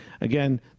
again